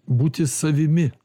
būti savimi